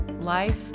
life